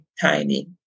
tiny